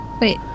Wait